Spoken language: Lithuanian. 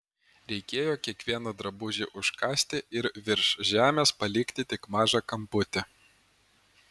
reikėjo kiekvieną drabužį užkasti ir virš žemės palikti tik mažą kamputį